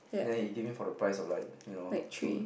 then he give him for the price of like you know two